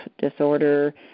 disorder